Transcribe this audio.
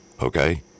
Okay